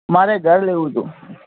મારે ઘર લેવું હતું